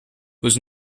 was